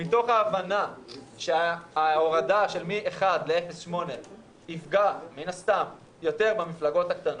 מתוך ההבנה שההורדה מ-1 ל-0.8 תפגע מן הסתם יותר במפלגות הקטנות,